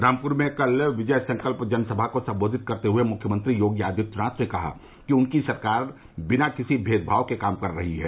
रामपुर में कल विजय संकल्प जनसमा को संबोधित करते हुए मुख्यमंत्री योगी आदित्यनाथ ने कहा कि उनकी सरकार बिना किसी भेदमाव के काम रही है